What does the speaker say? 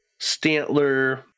Stantler